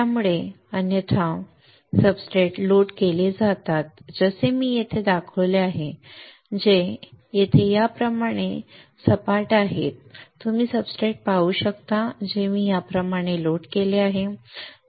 त्यामुळे अन्यथा substrate load केले जातात जसे मी येथे दाखवले आहे जे येथे याप्रमाणे सपाट आहे ठीक आहे तुम्ही सब्सट्रेट पाहू शकता जो मी याप्रमाणे लोड केला आहे